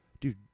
dude